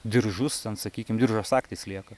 diržus ten sakykim diržo sagtys lieka